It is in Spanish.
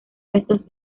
restos